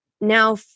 now